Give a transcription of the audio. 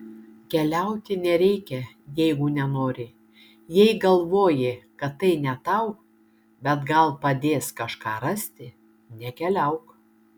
keliauti nereikia jeigu nenori jei galvoji kad tai ne tau bet gal padės kažką rasti nekeliauk